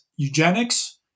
Eugenics